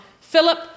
Philip